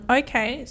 okay